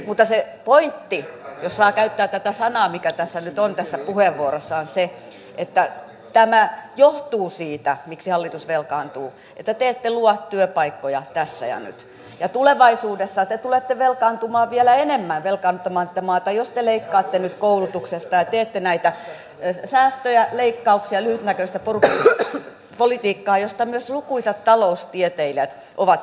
mutta se pointti jos saan käyttää tätä sanaa tässä puheenvuorossa miksi hallitus velkaantuu on se että te ette luo työpaikkoja tässä ja nyt ja tulevaisuudessa te tulette velkaantumaan vielä enemmän velkaannuttamaan tätä maata jos te leikkaatte nyt koulutuksesta ja teette näitä säästöjä leikkauksia lyhytnäköistä politiikkaa josta myös lukuisat taloustieteilijät ovat varoittaneet